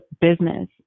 business